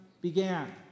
began